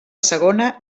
segona